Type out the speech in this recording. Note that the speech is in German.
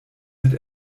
mit